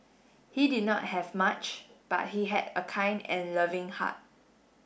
he did not have much but he had a kind and loving heart